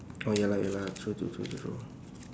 oh ya lah ya lah true true true true